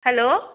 hello